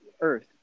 Earth